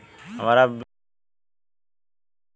हमरा बिहार मुख्यमंत्री उद्यमी योजना मिली का?